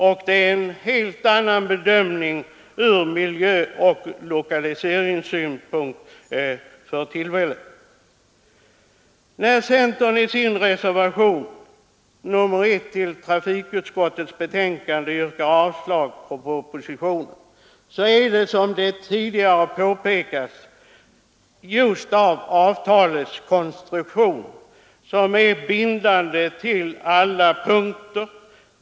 Nu görs också en annan bedömning från miljöoch lokaliseringssynpunkt. När centern i reservationen 1 till trafikutskottets betänkande yrkar avslag på propositionen, sker det, som tidigare påpekats, bl.a. därför att avtalet är bindande på alla punkter.